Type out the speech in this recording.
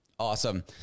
Awesome